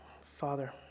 Father